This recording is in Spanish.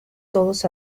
todos